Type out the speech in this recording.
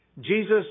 Jesus